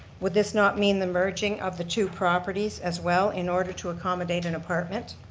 would this not mean the merging of the two properties as well in order to accommodate an apartment?